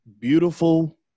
beautiful